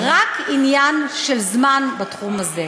רק עניין של זמן בתחום הזה.